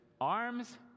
arms